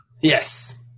Yes